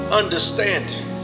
understanding